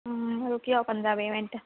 रुकी जाओ पंदरां बीह् मिंट